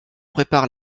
prépare